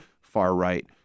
far-right